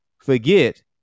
Forget